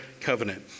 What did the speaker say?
covenant